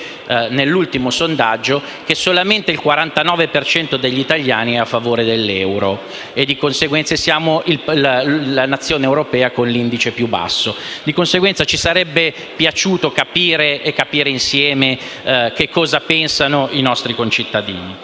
nell'ultimo sondaggio, che solamente il 49 per cento degli italiani è a favore dell'euro e di conseguenza siamo la Nazione europea con l'indice più basso. Ci sarebbe piaciuto capire, e capire insieme, che cosa ne pensano i nostri concittadini.